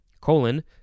Colon